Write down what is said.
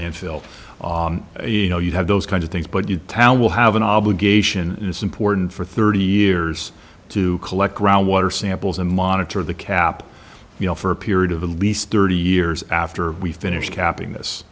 landfill you know you have those kinds of things but you town will have an obligation and it's important for thirty years to collect groundwater samples and monitor the cap you know for a period of at least thirty years after we finish capping this